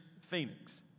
Phoenix